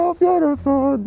beautiful